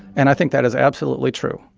and i think that is absolutely true.